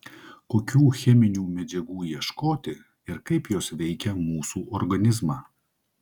kokių cheminių medžiagų ieškoti ir kaip jos veikia mūsų organizmą